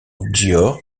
dior